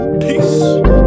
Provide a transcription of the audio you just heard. Peace